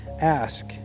Ask